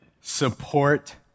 support